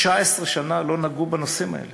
19 שנה לא נגעו בנושאים האלה,